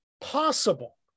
possible